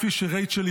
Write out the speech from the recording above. כפי שרייצ'ל,